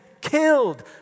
killed